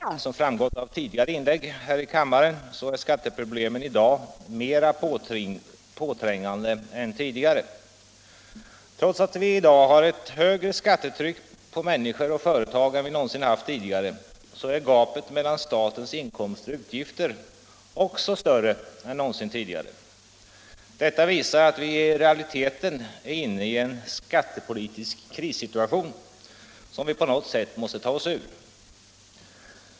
Herr talman! Skattepolitiken är alltid en central fråga i den politiska debatten, och som framgått av tidigare inlägg här i kammaren är skatteproblemen i dag mera påträngande än tidigare. Trots att vi i dag har ett högre skattetryck på människor och företag än vi någonsin haft är gapet mellan statens inkomster och utgifter också större än någonsin tidigare. Detta visar att vi i realiteten är inne i en skattepolitisk krissituation, som vi på något sätt måste ta oss ur.